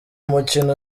mukino